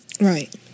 Right